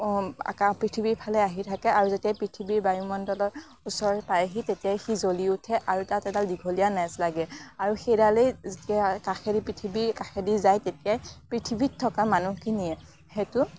আকাশ পৃথিৱীৰ ফালে আহি থাকে আৰু যেতিয়া পৃথিৱীৰ বায়ুমণ্ডলৰ ওচৰ পাইহি তেতিয়াই সি জ্বলি উঠে আৰু তাত এডাল দীঘলীয়া নেচ লাগে আৰু সেইডালেই যেতিয়া কাষেদি পৃথিৱীৰ কাষেদি যায় তেতিয়াই পৃথিৱীত থকা মানুহখিনিয়ে সেইটো